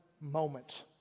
moment